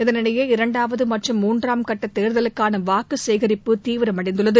இதனிடையே இரண்டாவது மற்றும் முன்றாம் கட்ட தேர்தலுக்கான வாக்கு சேகரிப்பு தீவிரமடைந்துள்ளது